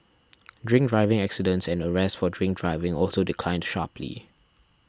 drink driving accidents and arrests for drink driving also declined sharply